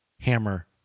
hammer